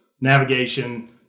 navigation